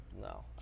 no